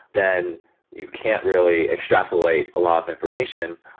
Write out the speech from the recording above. then you can't really extrapolate a lot of information.